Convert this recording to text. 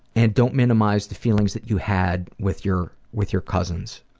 and don't minimize the feelings that you had with your with your cousins